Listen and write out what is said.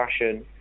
fashion